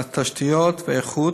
התשתיות והאיכות,